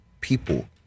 people